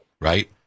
Right